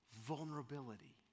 vulnerability